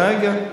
רגע,